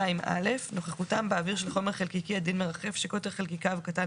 "(2א) נוכחותם באוויר של חומר חלקיקי עדין מרחף שקוטר חלקיקיו קטן